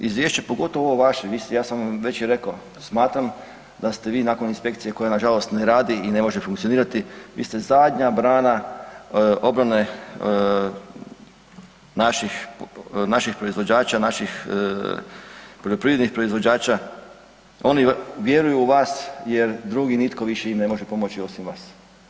Izvješće pogotovo ovo vaše, ja sam vam već rekao, smatram da ste vi nakon inspekcije koja nažalost ne radi i ne može funkcionirati, vi ste zadnja brana obrane naših proizvođača, naših poljoprivrednih proizvođača, oni vjeruju u vas jer drugi nitko više im ne može pomoći osim vas.